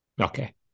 Okay